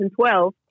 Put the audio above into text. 2012